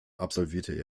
absolvierte